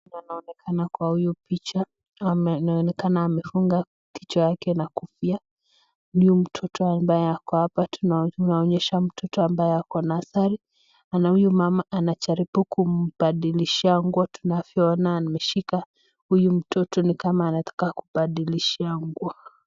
Tunaonekana kwa huyu picha ameonekana amefunga kichwa yake na kofia. Ni huyu mtoto ambaye ako hapa tunaonyesha mtoto ambaye ako nursery na huyu mama anajaribu kumbadilishia nguo tunaona ameshika huyu mtoto ni kama anataka kubadilishia nguo.